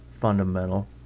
fundamental